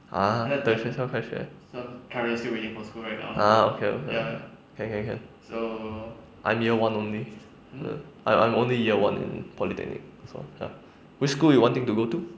ah 等学校开学 ah okay okay can can can I'm year one only err I'm I'm only year one in polytechnic so ya which school you wanting to go to